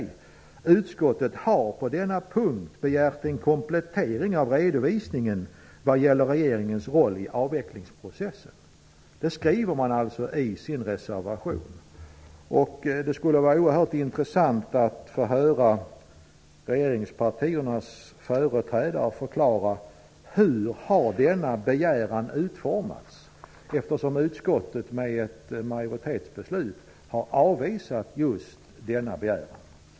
Där står: ''Utskottet har på denna punkt begärt en komplettering av redovisningen vad gäller regeringens roll i avvecklingsprocessen.'' Det skriver man alltså i sin reservation. Det skulle vara oerhört intressant att få höra regeringspartiernas företrädare förklara hur denna begäran har utformats. Utskottet har med ett majoritetsbeslut avvisat just denna begäran.